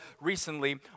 recently